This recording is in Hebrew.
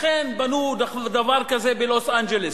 אכן בנו דבר כזה בלוס-אנג'לס,